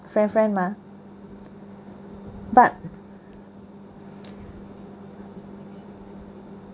friend friend mah but